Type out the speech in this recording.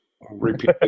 repeat